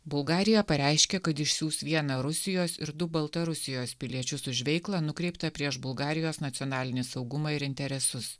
bulgarija pareiškė kad išsiųs vieną rusijos ir du baltarusijos piliečius už veiklą nukreiptą prieš bulgarijos nacionalinį saugumą ir interesus